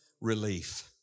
relief